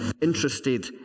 interested